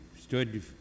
stood